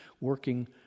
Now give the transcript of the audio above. working